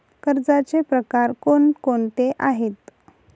कर्जाचे प्रकार कोणकोणते आहेत?